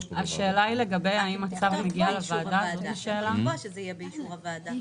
הם לא מציעים שזה יהיה באישור הוועדה.